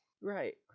Right